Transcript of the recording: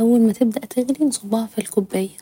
اول ما تبدأ تغلي نصبها في الكوباية